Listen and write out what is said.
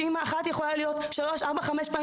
אימא יכולה להיות שלוש-ארבע-חמש פעמים